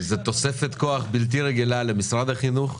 זה תוספת כוח בלתי רגילה למשרד החינוך,